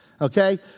okay